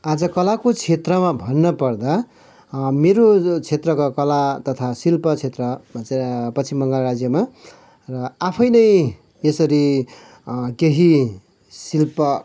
आज कलाको क्षेत्रमा भन्न पर्दा मेरो यो क्षेत्रको कला तथा शिल्प क्षेत्रमा चाहिँ पश्चिम बङ्गाल राज्यमा र आफै नै यसरी केही शिल्प